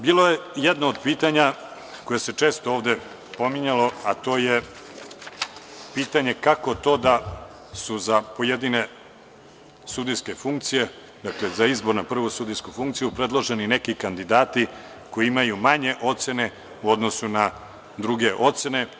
Bilo je jedno od pitanja koje se često ovde pominjalo, a to je pitanje – kako to da su za pojedine sudijske funkcije, za izbor na prvu sudijsku funkciju, predloženi neki kandidati koji imaju manje ocene u odnosu na druge ocene.